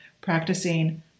practicing